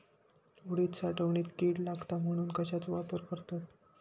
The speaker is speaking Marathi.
उडीद साठवणीत कीड लागात म्हणून कश्याचो वापर करतत?